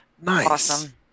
Nice